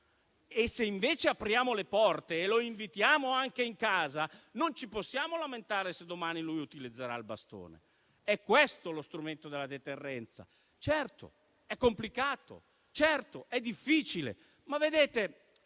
Se invece apriamo le porte e lo invitiamo anche in casa, non ci possiamo lamentare se domani utilizzerà il bastone. È questo lo strumento della deterrenza. Certo, è complicato, è difficile, ma è